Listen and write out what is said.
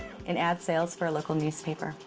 in ad sales for a local newspaper.